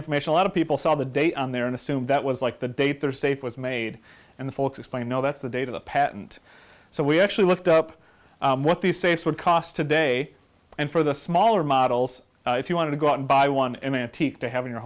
information a lot of people saw the date on there and assumed that was like the date their safe was made and the folks explain no that's the date of the patent so we actually looked up what these safes would cost today and for the smaller models if you want to go out and buy one an antique to have in your